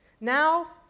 now